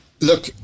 Look